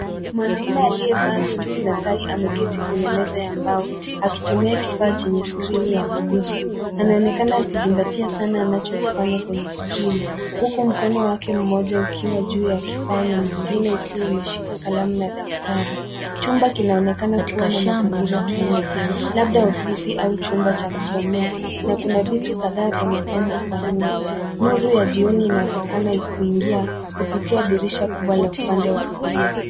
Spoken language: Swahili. Mwanaume aliyevaa suti na tai ameketi kwenye meza ya mbao, akitumia kifaa chenye skrini ya kugusa. Anaonekana akizingatia sana anachokifanya kwenye skrini huku mkono wake mmoja ukiwa juu ya kifaa na mwingine ukiwa umeshika kalamu na daftari. Chumba kinaonekana kuwa na mazingira tulivu labda ofisi au chumba cha kusomea. Na kuna vitu kadhaa vya mapambo kwa nyuma. Nuru ya jioni inaonekana kupitia dirisha kubwa la upande wa kulia.